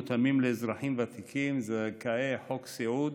מותאמים לאזרחים ותיקים זכאי חוק סיעוד